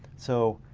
so,